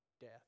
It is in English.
death